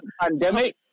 Pandemic